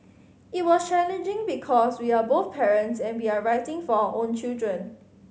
it was challenging because we are both parents and we are writing for our own children